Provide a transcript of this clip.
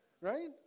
Right